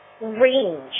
range